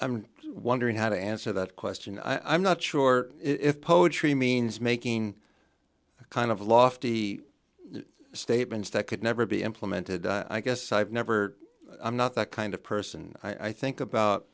i'm wondering how to answer that question i'm not sure if poetry means making a kind of lofty statements that could never be implemented i guess i've never i'm not that kind of person i think about